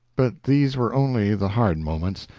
but these were only the hard moments.